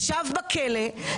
ישב בכלא,